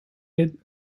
with